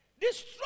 Destroy